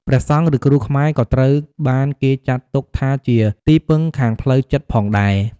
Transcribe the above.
ព្រះសង្ឃ ឬគ្រូខ្មែរក៏ត្រូវបានគេចាត់ទុកថាជាទីពឹងខាងផ្លូវចិត្តផងដែរ។